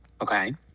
okay